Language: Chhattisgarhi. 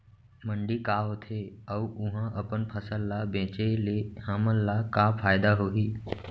मंडी का होथे अऊ उहा अपन फसल ला बेचे ले हमन ला का फायदा होही?